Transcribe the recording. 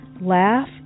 laugh